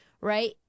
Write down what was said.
Right